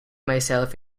myself